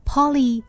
Polly